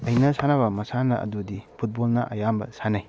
ꯑꯩꯅ ꯁꯥꯟꯅꯕ ꯃꯁꯥꯟꯅ ꯑꯗꯨꯗꯤ ꯐꯨꯠꯕꯣꯜꯅ ꯑꯌꯥꯝꯕ ꯁꯥꯟꯅꯩ